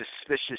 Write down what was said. suspicious